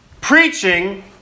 Preaching